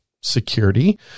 security